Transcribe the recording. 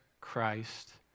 Christ